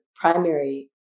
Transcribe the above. primary